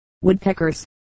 woodpeckers